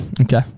okay